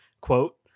quote